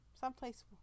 someplace